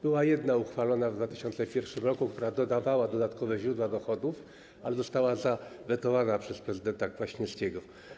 Była jedna uchwalona w 2001 r., która dodawała dodatkowe źródła dochodów, ale została zawetowana przez prezydenta Kwaśniewskiego.